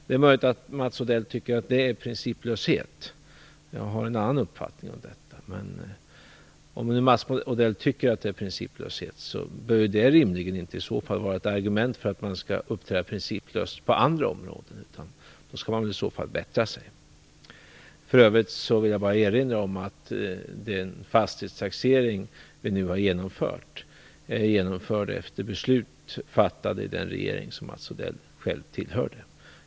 Det är möjligt att Mats Odell tycker att det är principlöshet. Jag har en annan uppfattning om detta. Om nu Mats Odell tycker att det är principlöshet, bör det rimligen inte vara ett argument för att man skall uppträda principlöst på andra områden, utan då skall man väl i så fall bättra sig. För övrigt vill jag bara erinra om att den fastighetstaxering vi nu har genomfört genomfördes på grundval av beslut fattade i den regering som Mats Odell själv tillhörde.